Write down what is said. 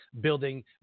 building